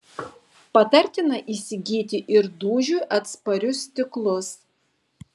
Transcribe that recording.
patartina įsigyti ir dūžiui atsparius stiklus